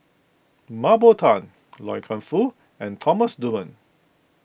Mah Bow Tan Loy Keng Foo and Thomas Dunman